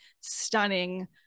stunning